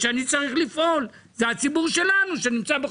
זה מה שהוא נותן במשך כל